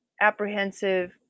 apprehensive